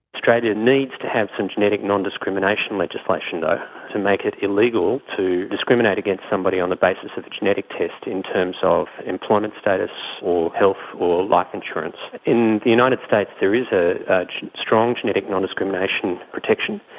australia needs to have some genetic non-discrimination legislation though to make it illegal to discriminate against somebody on the basis of genetic tests in terms of employment status or health or life insurance. in the united states there is ah strong genetic non-discrimination protection.